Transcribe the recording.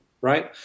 right